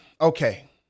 Okay